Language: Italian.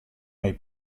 hai